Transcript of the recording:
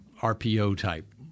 RPO-type